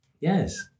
Yes